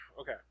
Okay